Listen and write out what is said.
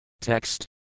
Text